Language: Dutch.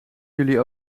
jullie